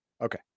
Okay